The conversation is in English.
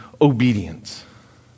obedience